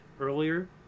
earlier